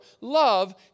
love